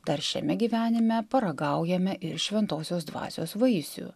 dar šiame gyvenime paragaujame ir šventosios dvasios vaisių